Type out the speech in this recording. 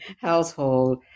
household